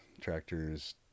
Tractors